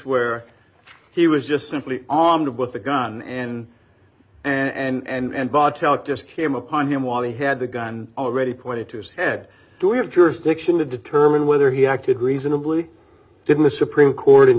where he was just simply armed with a gun and and bottle it just came upon him while he had the gun already pointed to his head to have jurisdiction to determine whether he acted reasonably didn't the supreme court in